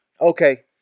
Okay